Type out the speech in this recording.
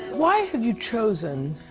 why have you chosen?